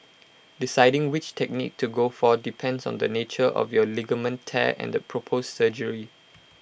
deciding which technique to go for depends on the nature of your ligament tear and the proposed surgery